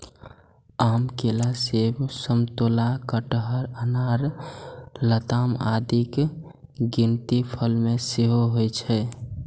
आम, केला, सेब, समतोला, कटहर, अनार, लताम आदिक गिनती फल मे होइ छै